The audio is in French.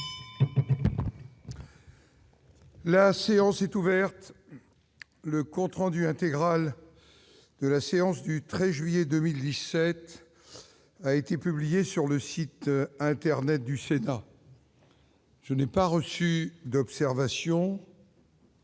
La séance est ouverte, le compte rendu intégral de la séance du 13 juillet 2017 a été publié sur le site internet du Sénat. Je n'ai pas reçu d'observation.